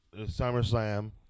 SummerSlam